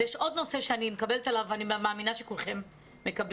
ויש עוד נושא שאני מקבלת עליו ואני מאמינה שכולכם מקבלים,